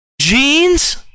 jeans